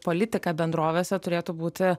politika bendrovėse turėtų būti